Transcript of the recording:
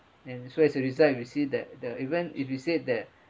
and so as a result if you see that the even if you said that